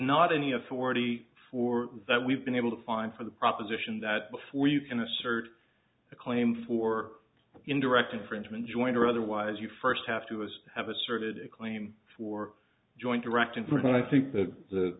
not any authority for that we've been able to find for the proposition that before you can assert a claim for indirect infringement joint or otherwise you first have to as have asserted a claim for joint direct and what i think the the